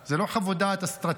אלה לא חוות דעת אסטרטגיות,